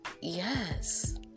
Yes